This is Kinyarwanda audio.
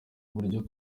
buryo